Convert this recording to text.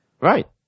Right